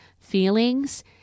feelings